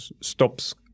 stops